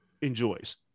enjoys